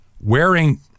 Wearing